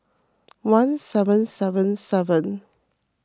one seven seven seven